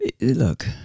Look